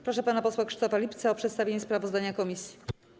Proszę pana posła Krzysztofa Lipca o przedstawienie sprawozdania komisji.